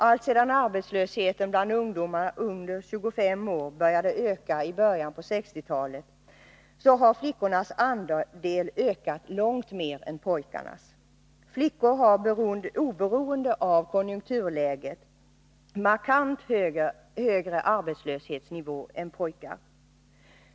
Alltsedan arbetslösheten bland ungdomar under 25 år började öka i början av 1960-talet har flickornas andel ökat långt mer än pojkarnas. Flickor har, oberoende av konjunkturläget, markant högre arbetslöshetsnivå än pojkar.